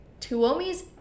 Tuomi's